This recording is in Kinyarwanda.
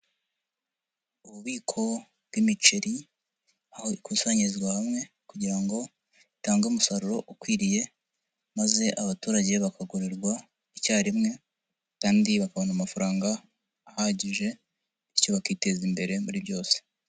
Ububiko bw'imiceri, aho ikusanyirizwa hamwe kugira ngo itange umusaruro ukwiriye, maze abaturage bakagurirwa icyarimwe, kandi bakabona amafaranga ahagije, bityo bakiteza imbere muri byose.